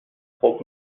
خوب